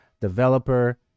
developer